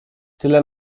tyle